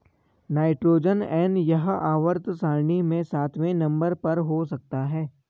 nitrogen N यह आवर्त सारणी में सातवें नंबर पर हो सकता है